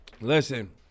Listen